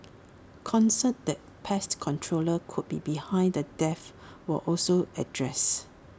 concerns that pest controllers could be behind the deaths were also addressed